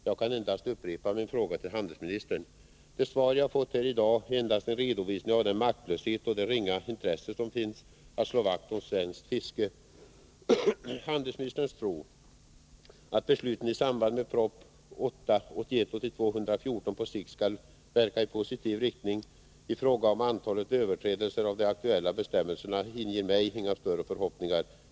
Jag kan endast upprepa min fråga till handelsministern. Det svar jag fått här i dag är endast en redovisning av den maktlöshet och det ringa intresse som finns för att slå vakt om svenskt fiske. Handelsministerns tro att besluten i samband med proposition 1981/82:114 på sikt skall verka i positiv riktning i fråga om antalet överträdelser av de aktuella bestämmelserna inger mig inga större förhoppningar.